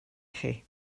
chi